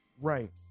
right